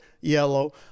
yellow